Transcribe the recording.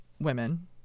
women